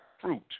fruit